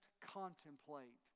contemplate